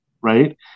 right